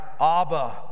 Abba